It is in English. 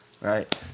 Right